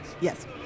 yes